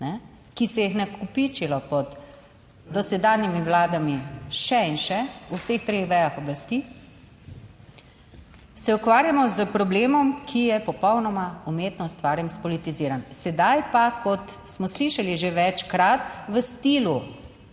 ki se jih je nakopičilo pod dosedanjimi vladami, še in še. v vseh treh vejah oblasti se ukvarjamo s problemom, ki je popolnoma umetno ustvarjen, spolitiziran. Sedaj pa, kot smo slišali že večkrat, v stilu